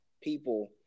people